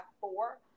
four